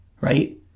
right